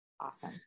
awesome